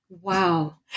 Wow